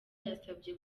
yasavye